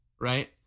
right